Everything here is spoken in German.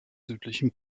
südlichen